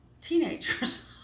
teenagers